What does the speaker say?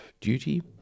duty